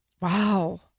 Wow